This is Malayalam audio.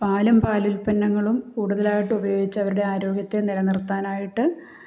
പാലും പാലുത്പന്നങ്ങളും കൂടുതലായിട്ട് ഉപയോഗിച്ചവരുടെ ആരോഗ്യത്തെ നിലനിർത്താനായിട്ട്